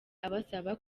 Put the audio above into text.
abasaba